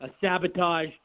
sabotage